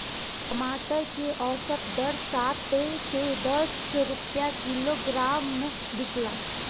टमाटर के औसत दर सात से दस रुपया किलोग्राम बिकला?